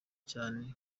cyane